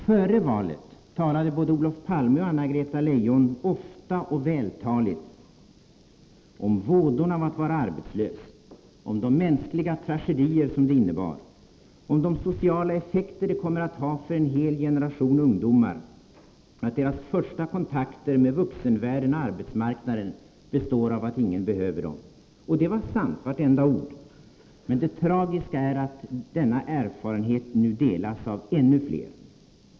Före valet talade både Olof Palme och Anna-Greta Leijon ofta och vältaligt om vådorna av att vara arbetslös, om de mänskliga tragedier som det innebar, om de sociala effekter det kommer att ha för en hel generation ungdomar att deras första kontakter med vuxenvärlden och arbetsmarkna den består av att ingen behöver dem. Det var sant — vartenda ord. Det tragiska är att denna erfarenhet nu delas av ännu fler.